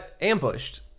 ambushed